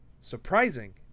surprising